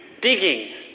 digging